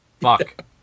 Fuck